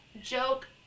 joke